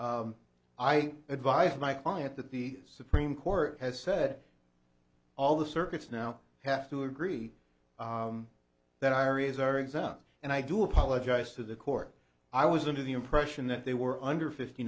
t i advise my client that the supreme court has said all the circuits now have to agree that arias are exempt and i do apologize to the court i was under the impression that they were under fifty